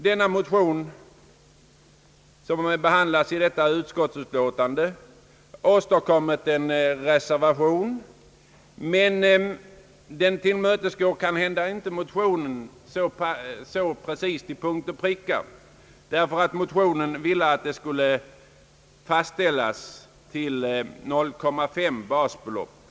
Den motion som behandlas i föreliggande utskottsutlåtande har föranlett en reservation, vilken emellertid inte precis till punkt och pricka tillmötesgår motionärerna, som ville ha en låsning till 0,5 ATP-basbelopp per år.